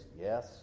yes